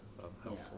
helpful